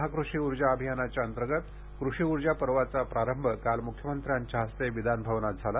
महाकृषी ऊर्जा अभियानांतर्गत कृषी ऊर्जा पर्वाचा प्रारंभ काल मुख्यमंत्र्यांच्या हस्ते विधानभवनात झाला